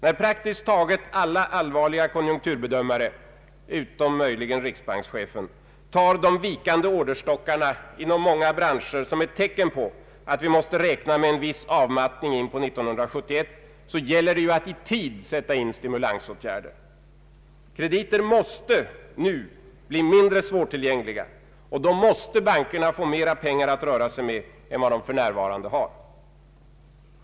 När praktiskt taget alla allvarliga konjunkturbedömare — utom möjligen riksbankschefen — tar de vikande orderstockarna inom många branscher som tecken på att vi måste räkna med en viss avmattning in på 1971, gäller det ju att i tid sätta in stimulansåtgärder. Krediter måste nu bli mindre svårtillgängliga, och då måste bankerna få mera pengar att röra sig med än vad de för närvarande har.